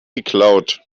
geklaut